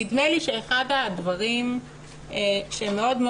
נדמה לי שאחד הדברים הקשים מאוד,